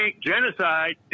Genocide